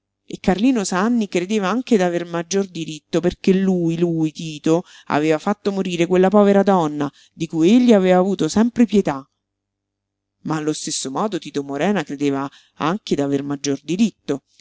e carlino sanni credeva anche d'aver maggior diritto perché lui lui tito aveva fatto morire quella povera donna di cui egli aveva avuto sempre pietà ma allo stesso modo tito morena credeva anche d'aver maggior diritto